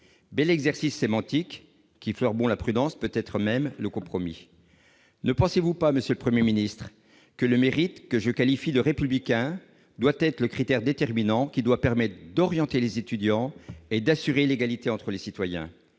Bel exercice sémantique qui fleure bon la prudence, peut-être même le compromis ... Ne pensez-vous pas, monsieur le Premier ministre, que le mérite, que je qualifie de républicain, doit être le critère déterminant pour orienter les étudiants et assurer l'égalité entre les citoyens ?